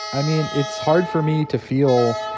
i mean, it's hard for me to feel,